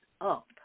up